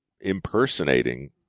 impersonating